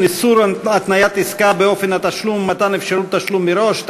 איסור התניית עסקה באופן התשלום ומתן אפשרות תשלום מראש),